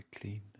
clean